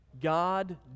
God